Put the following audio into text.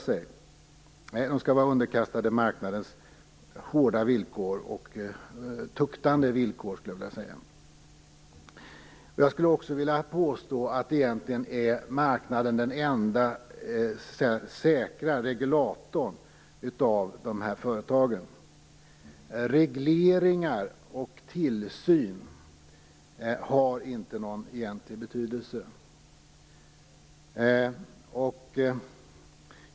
Nej, de skall vara underkastade marknadens hårda och tuktande villkor. Jag skulle också vilja påstå att marknaden egentligen är den enda säkra regulatorn när det gäller de här företagen. Regleringar och tillsyn har ingen egentlig betydelse.